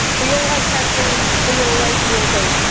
we always have been we always will be.